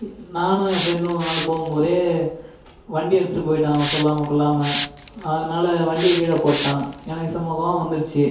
நானும் ன் ஃப்ரெண்டும் ஒரு நாள் போகும்போதே வண்டி எடுத்துட்டு போயிட்டான் அவன் சொல்லாமல் கொள்ளாமல் அதனால் வண்டியை கீழே போட்டான் எனக்கு செம கோபம் வந்துடுச்சு